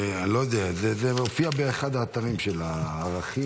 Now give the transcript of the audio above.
אני לא יודע, זה מופיע באחד האתרים של הערכים,